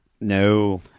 No